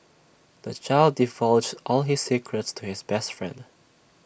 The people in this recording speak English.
the child divulged all his secrets to his best friend